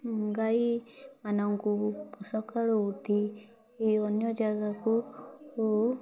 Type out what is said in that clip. ଗାଈ ମାନଙ୍କୁ ସକାଳୁ ଉଠି ଅନ୍ୟଜାଗାକୁ